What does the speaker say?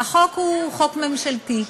החוק הוא חוק ממשלתי,